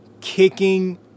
kicking